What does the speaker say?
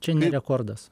čia ne rekordas